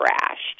crashed